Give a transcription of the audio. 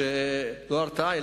לא הרתעה,